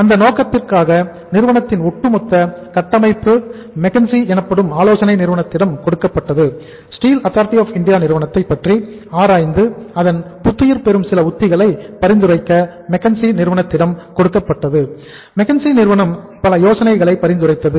அந்த நோக்கத்திற்காக நிறுவனத்தின் ஒட்டுமொத்த கட்டமைப்பு மெக்கன்சி நிறுவனம் பல யோசனைகளை பரிந்துரைத்தது